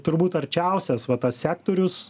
turbūt arčiausias va tas sektorius